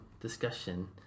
discussion